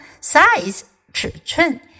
Size,尺寸